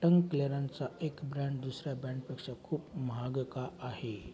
टंग क्लिअरनचा एक ब्रँड दुसऱ्या ब्रँडपेक्षा खूप महाग का आहे